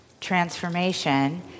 transformation